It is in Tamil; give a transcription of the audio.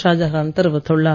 ஷாஜகான் தெரிவித்துள்ளார்